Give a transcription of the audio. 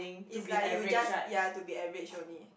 is like you just ya to be average only